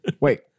wait